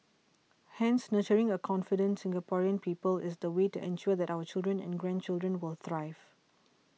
Hence nurturing a confident Singaporean people is the way to ensure that our children and grandchildren will thrive